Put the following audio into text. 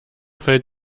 fällt